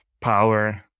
power